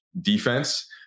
defense